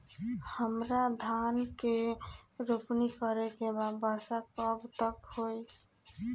हमरा धान के रोपनी करे के बा वर्षा कब तक होई?